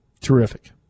Terrific